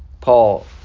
paul